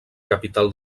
capital